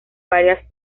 varias